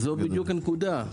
זאת בדיוק הנקודה.